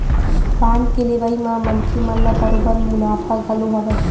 bond के लेवई म मनखे मन ल बरोबर मुनाफा घलो हवय